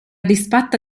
disfatta